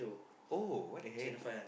oh what the heck